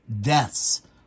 deaths